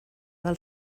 del